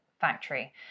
factory